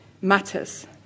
matters